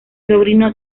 sobrino